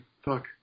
Fuck